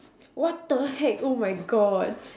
what the heck oh my God